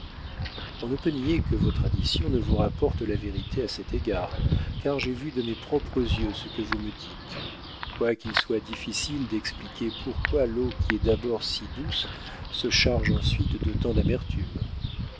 on ne peut nier que vos traditions ne vous rapportent la vérité à cet égard car j'ai vu de mes propres yeux ce que vous me dites quoiqu'il soit difficile d'expliquer pourquoi l'eau qui est d'abord si douce se charge ensuite de tant d'amertume